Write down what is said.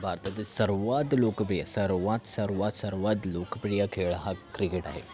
भारतातील सर्वात लोकप्रिय सर्वात सर्वात सर्वात लोकप्रिय खेळ हा क्रिकेट आहे